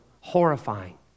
horrifying